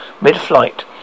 mid-flight